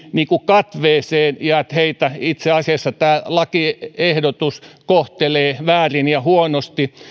katveeseen ja että heitä itse asiassa tämä lakiehdotus kohtelee väärin ja huonosti